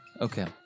Okay